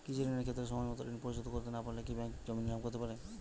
কৃষিঋণের ক্ষেত্রে সময়মত ঋণ পরিশোধ করতে না পারলে কি ব্যাঙ্ক জমি নিলাম করতে পারে?